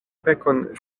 pekon